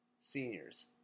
seniors